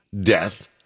death